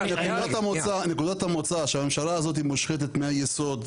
נקודת המוצא שהממשלה הזאת מושחתת מהיסוד,